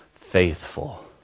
faithful